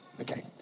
Okay